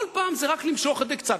בכל פעם זה רק למשוך את זה קצת.